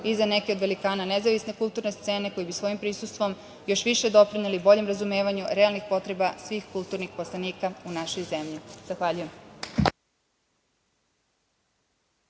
i za neke od velikana nezavisne kulturne scene, koji bi svojim prisustvom još više doprineli boljem razumevanju realnih potreba svih kulturnih poslanika u našoj zemlji. Zahvaljujem.